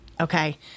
Okay